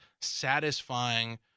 satisfying